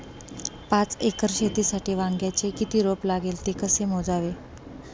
पाच एकर शेतीसाठी वांग्याचे किती रोप लागेल? ते कसे मोजावे?